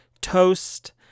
Toast